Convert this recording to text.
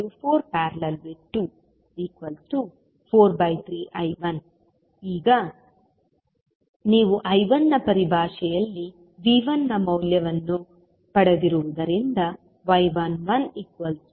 V1I14||243I1 ಈಗ ನೀವು I1 ನ ಪರಿಭಾಷೆಯಲ್ಲಿ V1 ನ ಮೌಲ್ಯವನ್ನು ಪಡೆದಿರುವುದರಿಂದ y11I1V1I143I10